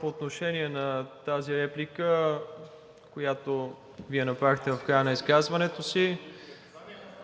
По отношение само на тази реплика, която Вие направихте в края на изказването си,